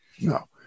No